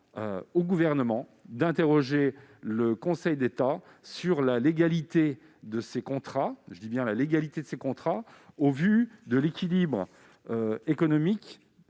au Gouvernement de solliciter l'avis du Conseil d'État sur la légalité de ces contrats- je dis bien la « légalité » de ces contrats -au vu de l'équilibre économique